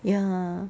ya